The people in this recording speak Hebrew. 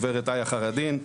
הגברת איה חיראדין,